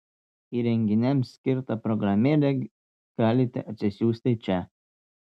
įrenginiams skirtą programėlę galite atsisiųsti čia